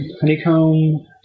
Honeycomb